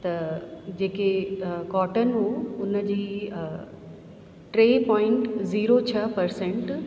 त जेके कॉटन जो उन जी टे पॉइंट ज़ीरो छह परसेंट